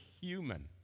human